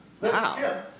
Wow